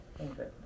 Okay